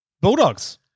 Bulldogs